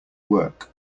work